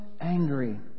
angry